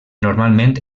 normalment